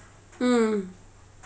mm